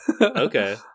Okay